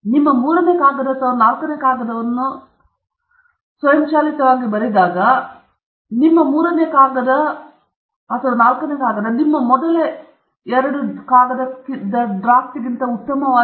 ನಿಮ್ಮ ಮೂರನೇ ಕಾಗದ ಅಥವಾ ನಿಮ್ಮ ನಾಲ್ಕನೇ ಕಾಗದವನ್ನು ಸ್ವಯಂಚಾಲಿತವಾಗಿ ಬರೆದಾಗ ನಿಮ್ಮ ಮೂರನೇ ಕಾಗದದ ಅಥವಾ ನಾಲ್ಕನೇ ಕಾಗದದ ಮೊದಲ ಡ್ರಾಫ್ಟ್ ನಿಮ್ಮ ಮೊದಲ ಅಥವಾ ಎರಡನೆಯ ಕಾಗದದ ಮೊದಲ ಡ್ರಾಫ್ಟ್ಗಿಂತ ಉತ್ತಮವಾಗಿರುತ್ತದೆ